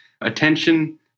attention